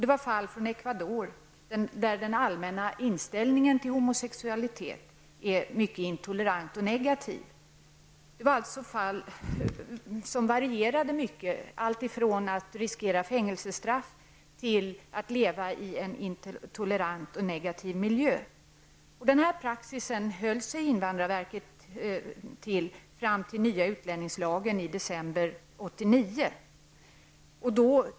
Det var fall från Equador, där den allmänna inställningen till homosexualitet är mycket intolerant och negativ. Variationen var stor i dessa ärenden. Det var fråga om alltifrån att riskera fängelsestraff till att leva i intolerant och negativ miljö. Invandrarverket höll sig till denna praxis fram till dess nya utlänningslagen kom i december 1989.